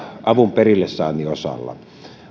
avun perille saannin osalta